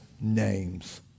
names